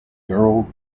girl